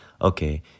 Okay